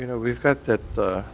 you know we've got that